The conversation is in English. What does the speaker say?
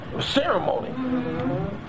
ceremony